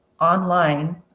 online